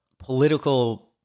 political